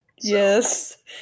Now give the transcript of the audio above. Yes